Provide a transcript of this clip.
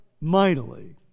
mightily